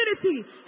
community